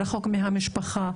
רחוק מהמשפחה,